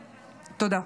תודה.